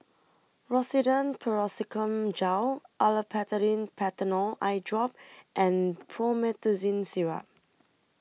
Rosiden Piroxicam Gel Olopatadine Patanol Eyedrop and Promethazine Syrup